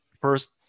first